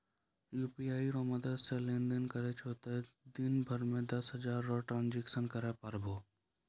UPI रो मदद से लेनदेन करै छहो तें दिन मे दस हजार रो ट्रांजेक्शन करै पारभौ